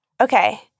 Okay